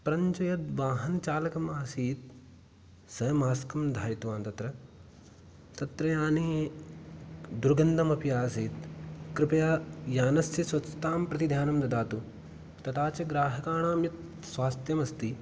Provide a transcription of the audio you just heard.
परञ्च यत् वाहन चालकः आसीत् सः मास्क् न धारितवान् तत्र तत्र याने दुर्गन्धमपि आसीत् कृपया यानस्य स्वच्छताम्प्रति ध्यानं ददातु तदा च ग्राहकाणां यत् स्वास्थ्यमस्ति